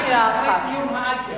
למה לא הודעת לי?